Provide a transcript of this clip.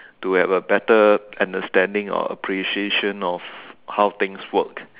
to have a better understanding or appreciation of how things work